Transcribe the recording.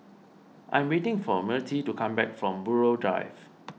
I am waiting for Myrtie to come back from Buroh Drive